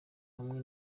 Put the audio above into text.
hamwe